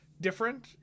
different